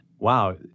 Wow